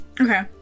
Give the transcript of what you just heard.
Okay